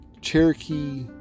Cherokee